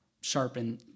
sharpen